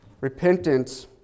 repentance